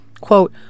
Quote